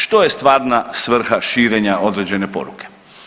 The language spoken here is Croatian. Što je stvarna svrha širenja određene poruke?